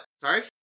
Sorry